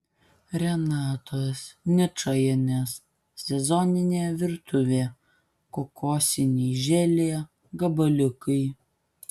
renatos ničajienės sezoninė virtuvė kokosiniai želė gabaliukai